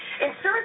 insurance